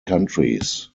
countries